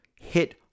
hit